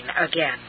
again